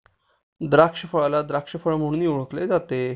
द्राक्षफळाला द्राक्ष फळ म्हणूनही ओळखले जाते